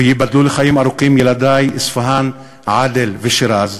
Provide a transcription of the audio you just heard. וייבדלו לחיים ארוכים ילדי, אספהאן, עדאל ושיראז.